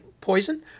Poison